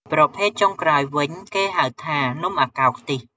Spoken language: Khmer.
ប្រភេទចុងក្រោយវិញ គេហៅថា នំអាកោរខ្ទិះ។